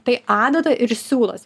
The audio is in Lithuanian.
tai adata ir siūlas